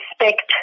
respect